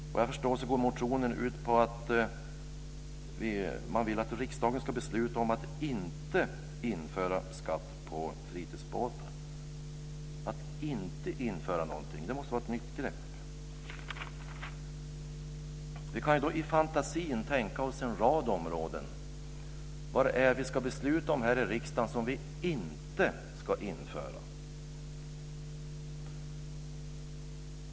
Såvitt jag förstår går motionen ut på att man vill att riksdagen ska besluta om att inte införa skatt på fritidsbåtar. Att föreslå att man inte ska införa någonting, det måste vara ett nytt grepp. I fantasin kan vi då tänka oss en rad områden där vi här i riksdagen ska besluta om att inte ska införa.